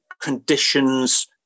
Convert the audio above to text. conditions